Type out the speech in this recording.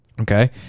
Okay